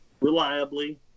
reliably